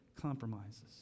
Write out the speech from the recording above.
compromises